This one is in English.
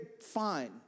fine